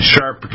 sharp